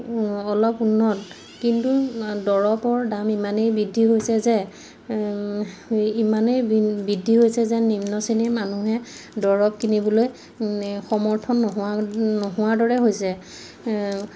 অলপ উন্নত কিন্তু দৰৱৰ দাম ইমানেই বৃদ্ধি হৈছে যে ইমানেই বৃদ্ধি হৈছে যে নিম্ন শ্ৰেণীৰ মানুহে দৰৱ কিনিবলৈ সমৰ্থন নোহোৱা নোহোৱাৰ দৰে হৈছে